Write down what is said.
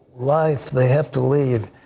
life they have to lead.